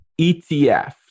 ETF